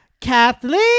Kathleen